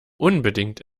unbedingt